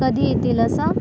कधी येतील असं